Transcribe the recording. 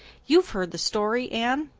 you've heard the story, anne?